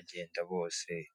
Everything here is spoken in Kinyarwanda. ijambo ufite mikoro mu ntoki.